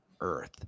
Earth